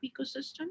ecosystem